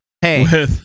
Hey